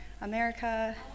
America